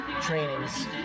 trainings